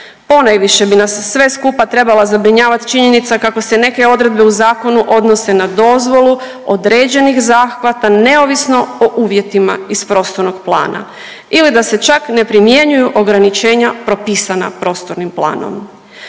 Ponajviše bi nas sve skupa trebala zabrinjavati činjenica kako se neke odredbe u zakonu odnose na dozvolu određenih zahvata neovisno o uvjetima iz prostornog plana ili da se čak ne primjenjuju ograničenja propisana prostornim planom.